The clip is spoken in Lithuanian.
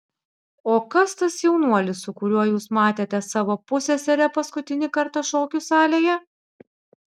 o kas tas jaunuolis su kuriuo jūs matėte savo pusseserę paskutinį kartą šokių salėje